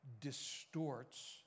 distorts